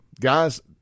Guys